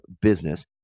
business